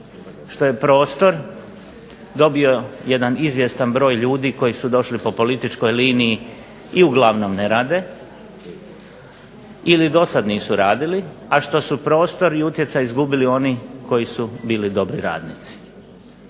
što je prostor dobio jedan izvjestan broj ljudi koji su došli po političkoj liniji i uglavnom ne rade ili do sada nisu radili, a što su prostor i utjecaj izgubili oni koji su bili dobri radnici.